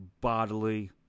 bodily